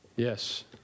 Yes